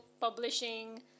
publishing